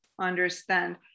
understand